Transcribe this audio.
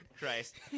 christ